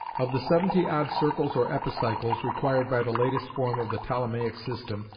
of the seventy odd circles or epicycles required by the latest form of the ptolemaic system,